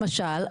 למשל,